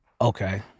Okay